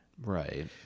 Right